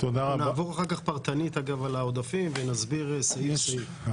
נעבור אחר כך פרטנית על העודפים ונסביר סעיף סעיף.